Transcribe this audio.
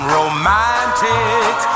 romantic